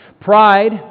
Pride